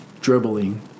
dribbling